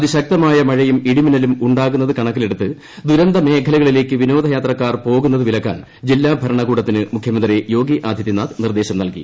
അതിശക്തമായ മഴയും ഇടിമിന്നലും ഉണ്ടാകുന്നത് കണക്കിലെടുത്ത് ദുരന്ത മേഖലകളിലേക്ക് വിനോദയാത്രക്കാർ പോകുന്നത് വിലക്കാൻ ജില്ലാ ഭരണകൂടത്തിന് മുഖ്യമന്ത്രി യോഗി ആദിത്യനാഥ് നിർദ്ദേശം നൽകി